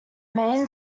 main